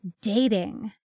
dating